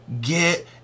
get